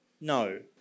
No